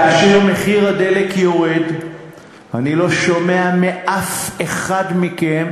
כאשר מחיר הדלק יורד אני לא שומע מאף אחד מכם: